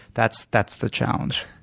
that's that's the challenge.